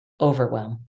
overwhelm